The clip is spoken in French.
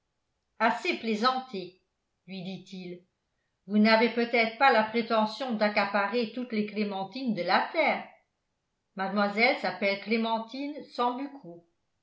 assez plaisanté lui dit-il vous n'avez peut-être pas la prétention d'accaparer toutes les clémentine de la terre mademoiselle s'appelle clémentine